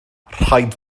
rhaid